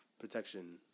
Protection